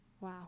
Wow